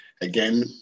again